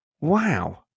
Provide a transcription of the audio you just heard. Wow